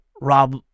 Rob